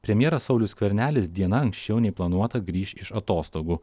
premjeras saulius skvernelis diena anksčiau nei planuota grįš iš atostogų